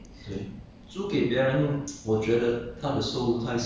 oh 所以你自己有东西卖 lah okay